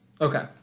Okay